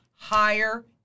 higher